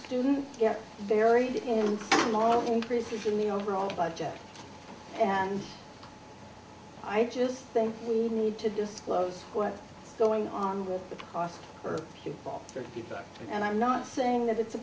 student get buried in more increases in the overall budget and i just think we need to disclose what's going on with the cost per pupil for people and i'm not saying that it's a